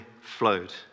flowed